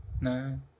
No